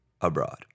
abroad